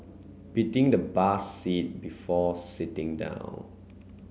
beating the bus seat before sitting down